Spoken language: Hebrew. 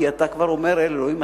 כי אתה אומר: אלוהים,